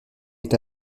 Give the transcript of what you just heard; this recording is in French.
est